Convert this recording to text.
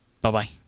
Bye-bye